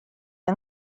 yng